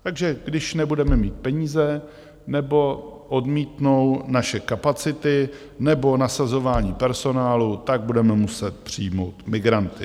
Takže když nebudeme mít peníze nebo odmítnou naše kapacity nebo nasazování personálu, tak budeme muset přijmout migranty.